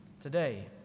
today